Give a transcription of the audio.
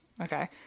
okay